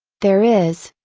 there is,